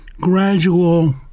gradual